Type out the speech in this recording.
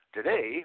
Today